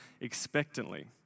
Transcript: expectantly